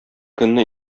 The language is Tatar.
көнне